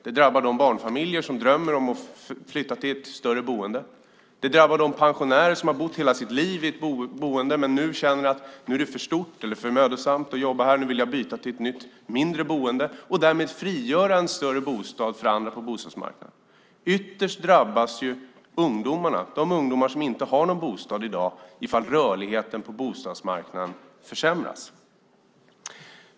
Det drabbar de barnfamiljer som drömmer om att flytta till ett större boende. Det drabbar de pensionärer som har bott hela sitt liv i ett boende men som nu känner att det är för stort eller för mödosamt och nu vill byta till ett nytt, mindre boende och därmed frigöra en större bostad för andra på bostadsmarknaden. Ytterst drabbas ungdomarna, de ungdomar som inte har någon bostad i dag, ifall rörligheten på bostadsmarknaden försämras.